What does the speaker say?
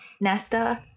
Nesta